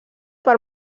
per